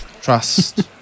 trust